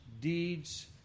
deeds